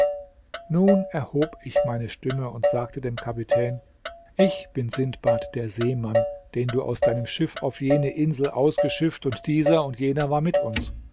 nun erhob ich meine stimme und sagte dem kapitän ich bin sindbad der seemann den du aus deinem schiff auf jene insel ausgeschifft und dieser und jener war mit uns